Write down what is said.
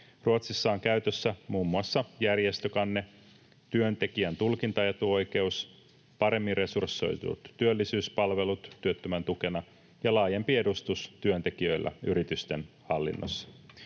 Ruotsissa on käytössä muun muassa järjestökanne, työntekijän tulkintaetuoikeus, paremmin resursoidut työllisyyspalvelut työttömän tukena ja laajempi edustus työntekijöillä yritysten hallinnossa.